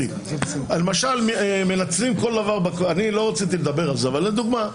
לא רציתי לדבר על זה, אבל לדוגמה,